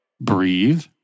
breathe